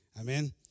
Amen